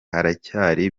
haracyari